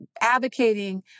advocating